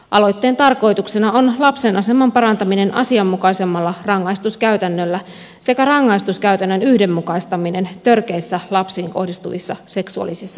aloitteen tarkoituksena on lapsen aseman parantaminen asianmukaisemmalla rangaistuskäytännöllä sekä rangaistuskäytännön yhdenmukaistaminen törkeissä lapsiin kohdistuvissa seksuaalisissa hyväksikäyttörikoksissa